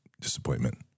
disappointment